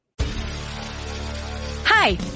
Hi